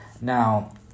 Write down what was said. Now